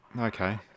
okay